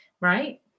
right